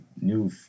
new